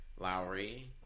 Lowry